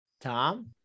Tom